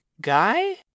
guy